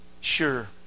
Sure